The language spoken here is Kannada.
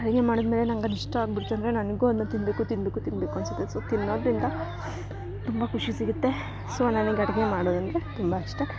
ಅಡಿಗೆ ಮಾಡಿದ್ಮೇಲೆ ನಂಗೆ ಅದು ಇಷ್ಟ ಆಗ್ಬುಡ್ತು ಅಂದರೆ ನನಗು ಅದನ್ನ ತಿನ್ಬೇಕು ತಿನ್ಬೇಕು ತಿನ್ಬೇಕು ಅನಿಸುತ್ತೆ ಸೋ ತಿನ್ನೋದ್ರಿಂದ ತುಂಬ ಖುಷಿ ಸಿಗುತ್ತೆ ಸೊ ನನಗ್ ಅಡಿಗೆ ಮಾಡೋದು ಅಂದರೆ ತುಂಬ ಇಷ್ಟ